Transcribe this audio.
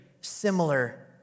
similar